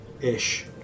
ish